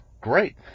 Great